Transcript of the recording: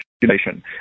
population